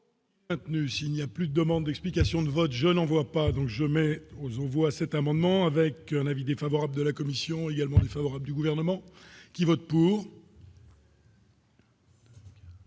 S'il n'y a plus d'demande explication de vote, je n'en vois pas donc je mets aux voit cet amendement avec un avis défavorable de la commission également favorable du gouvernement qui vote pour.